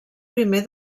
primer